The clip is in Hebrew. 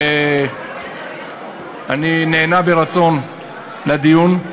ואני נענה ברצון לדיון.